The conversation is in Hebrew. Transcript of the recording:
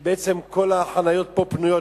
כל החניות פה פנויות.